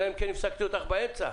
אלא אם כן הפסקתי אותך באמצע.